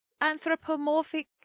anthropomorphic